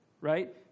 right